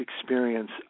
experience